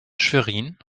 schwerin